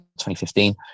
2015